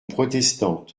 protestante